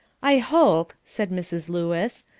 i hope, said mrs. lewis,